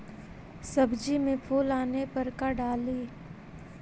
सब्जी मे फूल आने पर का डाली?